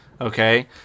Okay